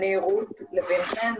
אני רות לוין-חן,